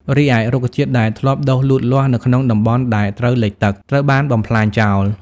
រីឯរុក្ខជាតិដែលធ្លាប់ដុះលូតលាស់នៅក្នុងតំបន់ដែលត្រូវលិចទឹក ត្រូវបានបំផ្លាញចោល។